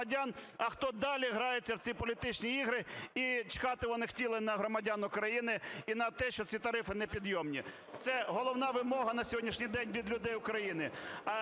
а хто далі грається в ці політичні ігри. І чхати вони хотіли на громадян України і на те, що ці тарифи непідйомні. Це головна вимога на сьогоднішній день від людей України.